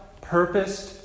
purposed